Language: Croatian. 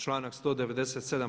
Članak 197.